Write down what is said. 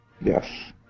Yes